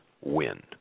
win